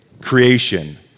creation